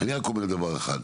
אני רק אומר דבר אחד,